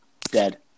Dead